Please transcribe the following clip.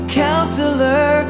counselor